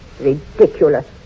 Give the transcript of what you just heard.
Ridiculous